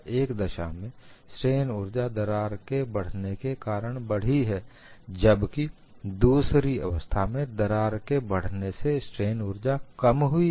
एक दशा में स्ट्रेन ऊर्जा दरार के बढ़ने के कारण से बढ़ी है जबकि दूसरी अवस्था में दरार के बढ़ने से स्ट्रेन ऊर्जा कम हुई है